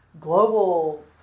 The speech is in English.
global